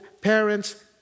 parents